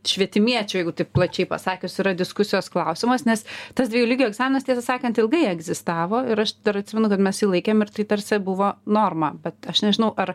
švietimiečių jeigu taip plačiai pasakius yra diskusijos klausimas nes tas dviejų lygių egzaminas tiesą sakant ilgai egzistavo ir aš dar atsimenu kad mes jį laikėm ir tai tarsi buvo norma bet aš nežinau ar